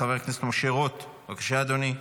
חבר הכנסת משה רוט, בבקשה, אדוני.